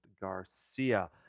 Garcia